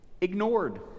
ignored